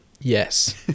Yes